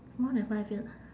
more than five years